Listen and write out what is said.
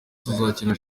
tuzakina